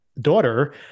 daughter